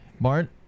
bart